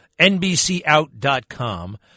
NBCOut.com